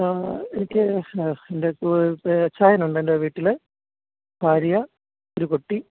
ആ എനിക്ക് എൻ്റെ അച്ചായനുണ്ടെൻ്റെ വീട്ടിൽ ഭാര്യ ഒരു കുട്ടി